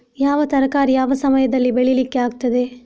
ಯಾವ ತರಕಾರಿ ಯಾವ ಸಮಯದಲ್ಲಿ ಬೆಳಿಲಿಕ್ಕೆ ಆಗ್ತದೆ?